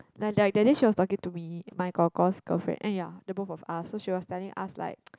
like like that day she was talking to me my kor kor's girlfriend ah ya the both of us so she was telling us like